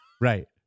Right